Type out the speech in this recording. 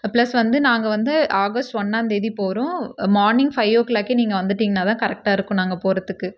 plus வந்து நாங்கள் வந்து ஆகஸ்ட் ஒன்றாம் தேதி போகிறோம் மார்னிங் ஃபை ஓ க்ளாக்கே நீங்கள் வந்துட்டீங்கன்னால் தான் கரெக்டாக இருக்கும் நாங்கள் போகிறதுக்கு